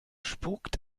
spukt